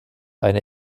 eine